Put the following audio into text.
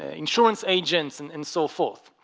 ah insurance agents and and so forth